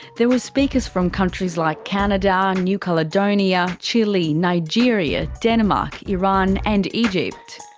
there were speakers from countries like canada, and new caledonia, chile, nigeria, denmark, iran and egypt.